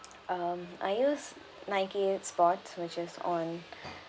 um I use Nike sports which is on